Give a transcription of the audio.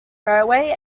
railway